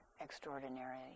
extraordinary